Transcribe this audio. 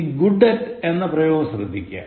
ഇനി 'good at' എന്ന പദപ്രയോഗം ശ്രദ്ധിക്കുക